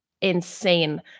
insane